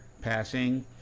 passing